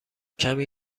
کمی